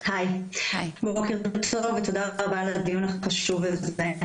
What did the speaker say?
היי, בוקר טוב ותודה רבה על הדיון החשוב הזה.